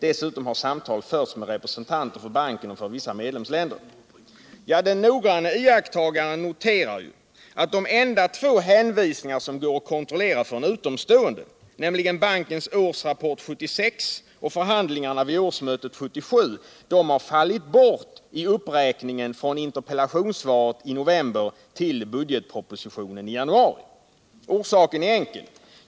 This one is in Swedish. Dessutom har samtal förts med representanter för banken och för vissa medlemsländer.” Den noggranne takttagaren noterar att de enda två hänvisningar som det går att kontrollera för en utomstående — nämligen bankens årsrapport 1976 och förhandlingarna från årsmötet 1977 — har fallit bort i uppräkningen från interpellationssvaret i november till budgetpropositionens avlämnande i Januari. Orsaken är enkel.